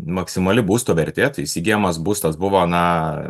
maksimali būsto vertė tai įsigyjamas būstas buvo na